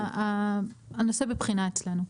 הנושא בבחינה אצלנו.